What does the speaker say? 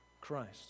Christ